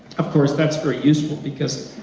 of course, that's very useful because,